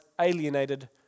alienated